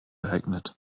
geeignet